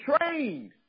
trained